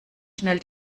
schnell